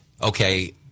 Okay